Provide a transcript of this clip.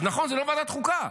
אז נכון, זה לא בוועדת חוקה,